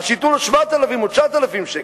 אז שייתנו לו 7,000 או 9,000 שקל,